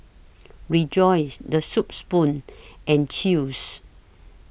Rejoice The Soup Spoon and Chew's